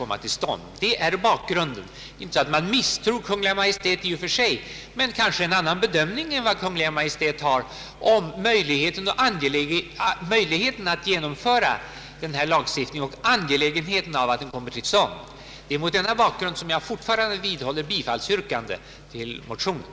Man behöver inte misstro Kungl. Maj:t i och för sig, men det kan ju finnas olika bedömningar i fråga om möjligheten att genomföra den här lagstiftningen och angelägenheten av att den kommer till stånd. Mot den bakgrunden vidhåller jag yrkandet om bifall till motionerna.